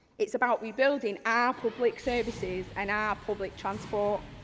it is about rebuilding our public services and our public transport. it